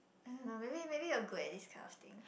I don't know maybe maybe you are good at this kind of things